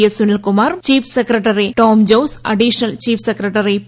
S Sunil Kumar chief secretary Tom Jose additional chief secretary P